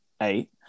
eight